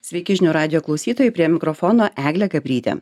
sveiki žinių radijo klausytojai prie mikrofono eglė gabrytė